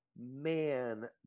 man